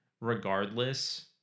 regardless